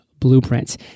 Blueprints